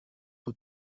for